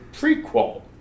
prequel